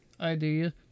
idea